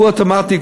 הוא אוטומטית,